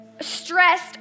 stressed